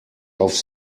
aufs